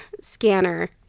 scanner